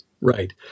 Right